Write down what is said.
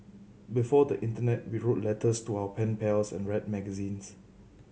before the internet we wrote letters to our pen pals and read magazines